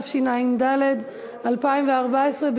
התשע"ד 2014,